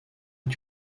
est